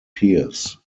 piers